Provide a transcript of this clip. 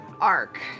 arc